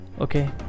Okay